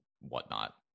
whatnot